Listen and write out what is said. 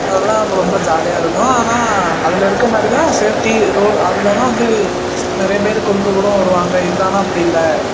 அதெலாம் வந்து ரொம்ப ஜாலியாக இருக்கும் ஆனால் அதில் இருக்கற மாதிரி தான் சேஃப்ட்டி ரோ அதில் தான் வந்து நிறைய பேர் குறுக்க கூடோ வருவாங்க இதில் ஆனால் அப்படி இல்லை